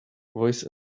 voice